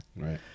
right